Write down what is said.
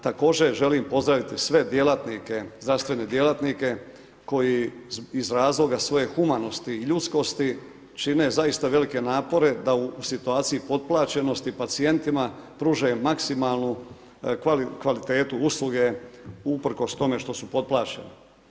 Također želim pozdraviti sve djelatnike, zdravstvene djelatnike koji iz razloga svoje humanosti i ljudskosti čine zaista velike napore da u situaciji potplaćenosti pacijentima pružaju maksimalnu kvalitetu usluge usprkos tome što su potplaćeni.